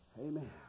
Amen